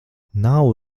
nav